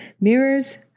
mirrors